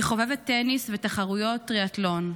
היא חובבת טניס ותחרויות טריאתלון,